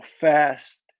fast